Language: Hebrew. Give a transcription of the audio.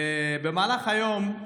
במהלך היום,